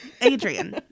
adrian